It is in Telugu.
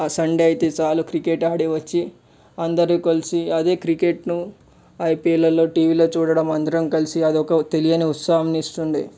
ఆ సండే అయితే చాలు ఆ క్రికెట్ ఆడి వచ్చి అందరము కలిసి అదే క్రికెట్ను ఐపీఎల్లలోని టీవీలలో చూడడం అందరము కలిసి అది ఒక తెలియని ఉత్సాహాన్ని ఇస్తుంది